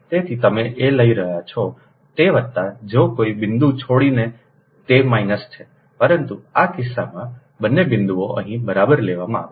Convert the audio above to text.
તેથી તમે તે લઈ રહ્યા છો તે વત્તા છે જો કોઈ બિંદુ છોડીને તે માઈનસ છે પરંતુ આ કિસ્સામાં બંને બિંદુઓને અહીં બરાબર લેવામાં આવ્યા છે